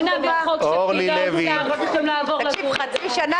ממתינים חצי שנה